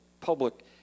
public